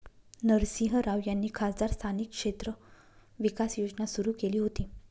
नरसिंह राव यांनी खासदार स्थानिक क्षेत्र विकास योजना सुरू केली होती